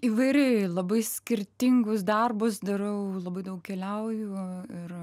įvairiai labai skirtingus darbus darau labai daug keliauju ir